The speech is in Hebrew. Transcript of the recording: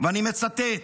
ואני מצטט: